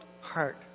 heart